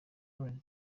lallana